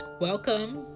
welcome